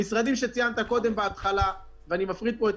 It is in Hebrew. מן המשרדים שציינת בהתחלה ואני מפריד פה את